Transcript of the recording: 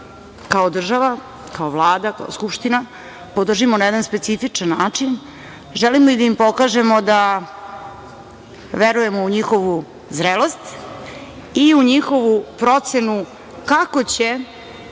kao država, kao Vlada, kao Skupština da ih podržimo na jedan specifičan način, želimo i da im pokažemo da verujemo u njihovu zrelost i u njihovu procenu kako će,